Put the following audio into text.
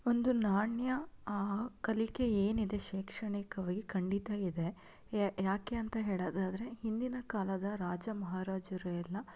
ಒಂದು ನಾಣ್ಯ ಕಲಿಕೆ ಏನಿದೆ ಶೈಕ್ಷಣಿಕವಾಗಿ ಖಂಡಿತ ಇದೆ ಯಾಕೆ ಅಂತ ಹೇಳೋದಾದರೆ ಹಿಂದಿನ ಕಾಲದ ರಾಜ ಮಹಾರಾಜರು ಎಲ್ಲ